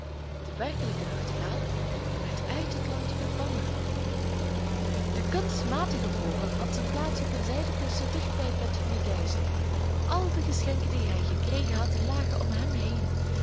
de werkelijke nachtegaal werd uit het land verbannen de kunstmatige vogel had zijn plaats op een zijden kussen dicht bij het bed van den keizer al de geschenken die hij gekregen had lagen om hem heen